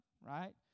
Right